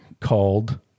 called